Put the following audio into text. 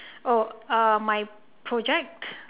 oh uh my project